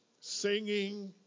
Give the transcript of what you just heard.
singing